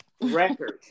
record